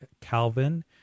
Calvin